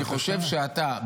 אני חושב שאתה,